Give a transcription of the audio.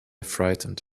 frightened